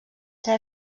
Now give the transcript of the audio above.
ser